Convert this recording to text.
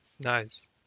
nice